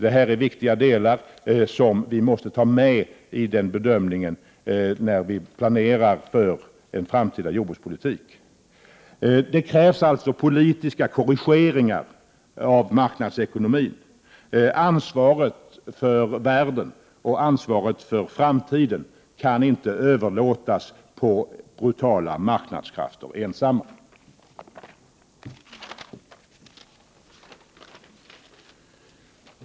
Detta är viktiga delar som vi måste ta med i bedömningen när vi planerar för en framtida jordbrukspolitik. Det krävs alltså politiska korrigeringar av marknadsekonomin. Ansvaret för världen och för framtiden kan inte överlåtas på brutala marknadskrafter ensamma.